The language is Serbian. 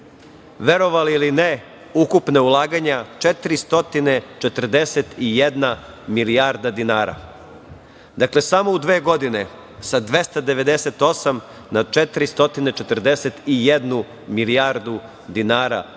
Verovali ili ne, ukupna ulaganja 441 milijarda dinara. Dakle, samo u dve godine sa 298 na 441 milijardu dinara,